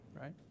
Right